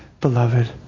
beloved